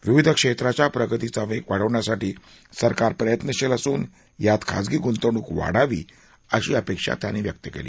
विविध क्षद्वीच्या प्रगतीचा वा वाढवण्यासाठी सरकार प्रयत्नशील असून यांत खाजगी गुंतवणूक वाढावी अशी अपद्धी त्यांनी व्यक्त कली